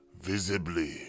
visibly